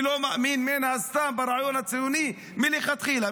ולא מאמין מן הסתם ברעיון הציוני מלכתחילה.